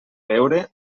beure